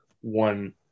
one